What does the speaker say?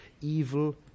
evil